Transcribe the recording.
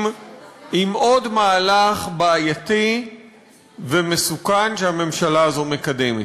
עם עוד מהלך בעייתי ומסוכן שהממשלה הזאת מקדמת.